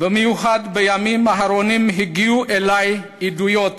במיוחד בימים האחרונים, הגיעו אלי עדויות